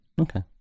Okay